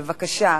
בבקשה,